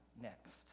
next